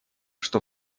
что